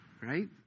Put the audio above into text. right